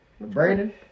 Brandon